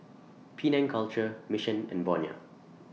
Penang Culture Mission and Bonia